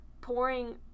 pouring